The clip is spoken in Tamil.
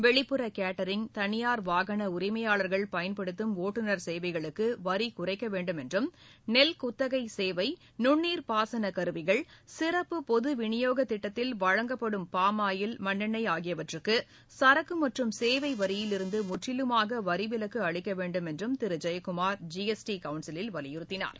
வெளிப்புற கேட்டரிங் தனியார் வாகன உரிமையாளர்கள் பயன்படுத்தும் ஓட்டுநர் சேவைகளுக்கு வரி குறைக்க வேண்டும் என்றும் நெல் குத்தகை சேவை நுண்ணீர்பாசன கருவிகள் சிறப்பு பொது விநியோகத் திட்டத்தில் வழங்கப்படும் பாமாயில் மண்ணெண்ணை ஆகியவற்றுக்கு சரக்கு மற்றும் சேவை வரியிலிருந்து முற்றிலுமாக வரி விலக்கு அளிக்க வேண்டும் என்றும் திரு ஜெயக்குமார் ஜிஎஸ்டி கவுன்சிலில் வலியுறுத்தினார்